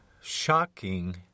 shocking